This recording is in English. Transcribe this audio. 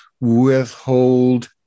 withhold